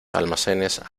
almacenes